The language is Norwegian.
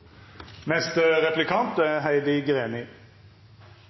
Neste og siste replikant er Heidi Greni.